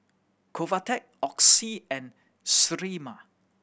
Convatec Oxy and Sterimar